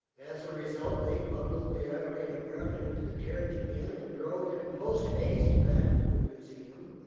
as a result they bundled the irate american into the carriage again and drove him poste haste back to the museum,